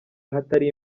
ahatari